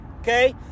Okay